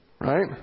right